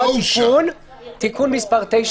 לא אושר תיקון מס' 9,